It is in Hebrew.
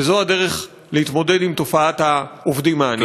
וזאת הדרך להתמודד עם תופעת העובדים העניים.